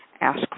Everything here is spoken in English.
ask